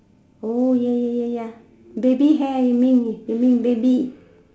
oh ya ya ya ya baby hair you mean is you mean baby